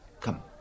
Come